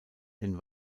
den